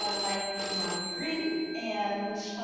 um my name is monica green and